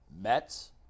Mets